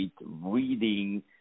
reading